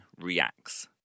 reacts